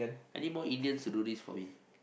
I need more Indians to do this for me